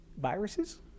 viruses